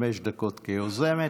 חמש דקות כיוזמת.